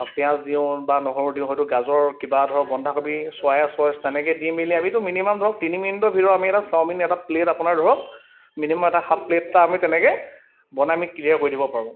পিয়াঁজ দিওঁ বা নহৰু দিওঁ হয়টো গাজৰ কিবা ধৰক বন্ধাকবি চয়া চচ্ তেনেকৈ দি মেলি আমিতো মিনিমাম ধৰক তিনি মিনিটৰ ভিতৰত আমি এটা চাওমিন এটা প্লেট আপোনাৰ ধৰক মিনিমাম এটা হাফ প্লেট এটা আমি তেনেকৈ বনাই আমি ক্লিয়াৰ কৰি দিব পাৰোঁ